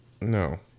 No